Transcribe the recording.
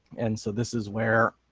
and so this is where